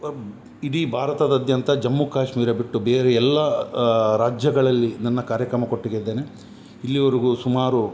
ಇಡೀ ಭಾರತದಾದ್ಯಂತ ಜಮ್ಮು ಕಾಶ್ಮೀರ ಬಿಟ್ಟು ಬೇರೆ ಎಲ್ಲಾ ರಾಜ್ಯಗಳಲ್ಲಿ ನನ್ನ ಕಾರ್ಯಕ್ರಮ ಕೊಟ್ಟಿಗಿದ್ದೇನೆ ಇಲ್ಲಿವರೆಗೂ ಸುಮಾರು